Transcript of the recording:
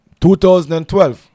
2012